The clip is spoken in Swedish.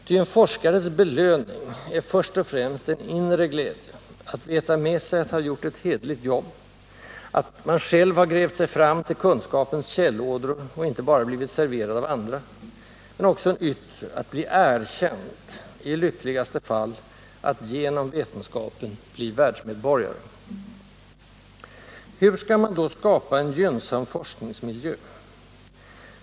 Ty en forskares ”belöning” är först och främst en inre glädje: att veta med sig att ha gjort ett hederligt jobb, att han själv har grävt sig fram till kunskapens källådror, inte bara blivit serverad av andra, men också en yttre: att bli erkänd, i lyckligaste fall att genom vetenskapen bli världsmedborgare. Hur skall man då skapa en gynnsam forskningsmiljö?